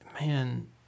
man